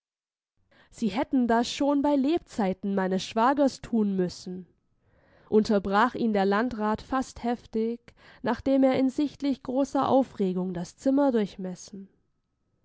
sie hätten das schon bei lebzeiten meines schwagers thun müssen unterbrach ihn der landrat fast heftig nachdem er in sichtlich großer aufregung das zimmer durchmessen